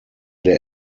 der